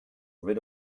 rid